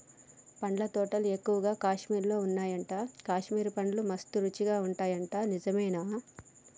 పండ్ల తోటలు ఎక్కువగా కాశ్మీర్ లో వున్నాయట, కాశ్మీర్ పండ్లు మస్త్ రుచి ఉంటాయట నిజమేనా